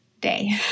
day